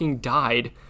died